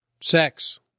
Sex